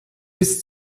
bis